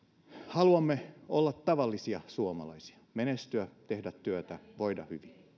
haluamme olla tavallisia suomalaisia menestyä tehdä työtä voida hyvin